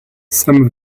some